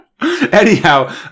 anyhow